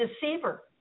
deceiver